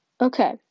Okay